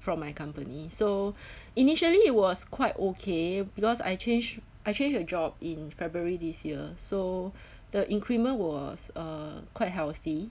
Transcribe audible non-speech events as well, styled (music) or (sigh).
from my company so (breath) initially it was quite okay because I change I change a job in february this year so (breath) the increment was uh quite healthy